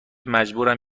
مجبورم